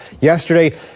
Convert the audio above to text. yesterday